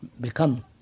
become